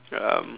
um